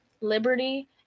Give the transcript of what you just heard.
liberty